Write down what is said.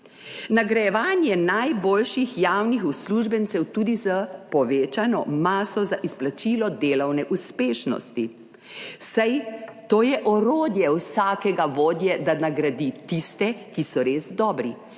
Nagrajevanje najboljših javnih uslužbencev tudi s povečano maso za izplačilo delovne uspešnosti, saj to je orodje vsakega vodje, da nagradi tiste, ki so res dobri.